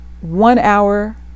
one-hour